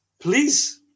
please